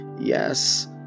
Yes